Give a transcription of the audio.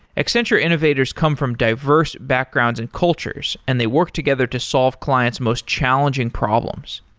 accenture innovators come from diverse backgrounds and cultures and they work together to solve client's most challenging problems.